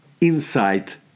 insight